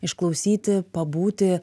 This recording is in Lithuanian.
išklausyti pabūti